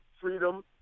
freedom